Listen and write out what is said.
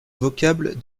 vocable